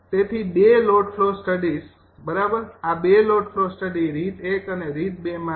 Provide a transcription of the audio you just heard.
તેથી બે load flow studies બરાબર આ બે લોડ ફ્લો સ્ટડીઝ રીત ૧ અને રીત ૨ માંથી